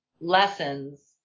lessons